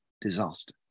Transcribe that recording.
disaster